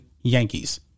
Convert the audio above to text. Yankees